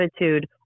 attitude